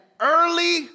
early